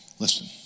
Listen